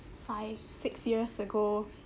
five six years ago